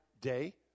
day